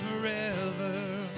forever